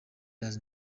does